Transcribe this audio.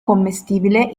commestibile